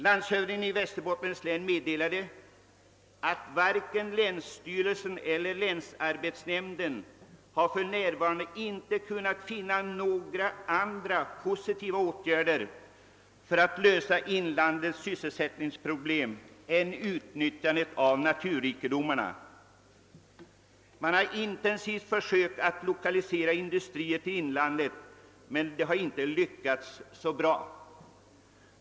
Landshövdingen i Västerbottens län meddelade att varken länsstyrelsen eller länsarbetsnämnden för närvarande kunnat finna några andra positiva åtgärder för att lösa inlandets sysselsättningsproblem än utnyttjandet av naturrikedomarna där. Man har intensivt försökt att lokalisera industrier till inlandet, men det har inte lyckats särskilt bra.